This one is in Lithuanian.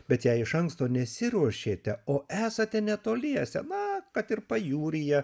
bet jei iš anksto nesiruošėte o esate netoliese na kad ir pajūryje